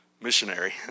missionary